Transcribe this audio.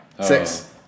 Six